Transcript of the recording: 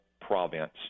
province